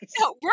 No